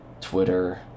Twitter